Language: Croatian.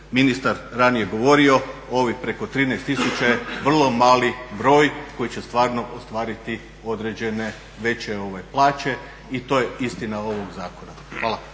ministar ranije govorio ovi preko 13000 je vrlo mali broj koji će stvarno ostvariti određene veće plaće. I to je istina ovog zakona. Hvala.